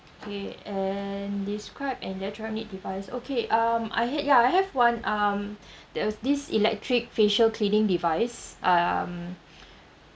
okay and describe an electronic device okay um I have ya I have one um there was this electric facial cleaning device um